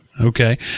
Okay